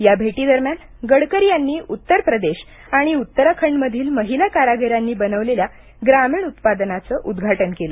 या भेटीदरम्यान गडकरी यांनी उत्तर प्रदेश आणि उत्तराखंडमधील महिला कारागीरांनी बनविलेल्या ग्रामीण उत्पादनाचे उद्घाटन केले